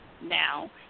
Now